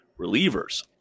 relievers